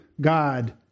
God